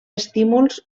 estímuls